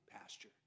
pasture